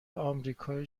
آمریکای